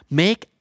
make